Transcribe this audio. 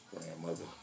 grandmother